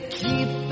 keep